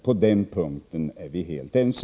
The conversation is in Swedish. På den punkten är vi helt ense.